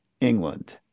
England